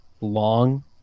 Long